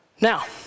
Now